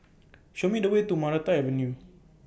Show Me The Way to Maranta Avenue